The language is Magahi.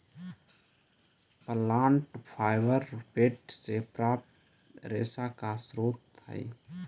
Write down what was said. प्लांट फाइबर पेड़ से प्राप्त रेशा के स्रोत हई